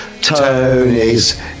Tony's